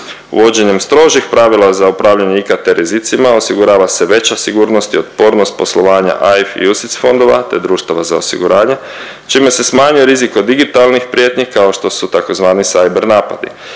Uvođenjem strožih pravila za upravljanje IKT rizicima, osigurava se veća sigurnost i otpornost poslovanja AIF i UCTIS fondova te društava za osiguranje, čime se smanjuje rizik od digitalnih prijetnji kao što su tzv. cyber napadi.